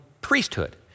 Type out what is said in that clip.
priesthood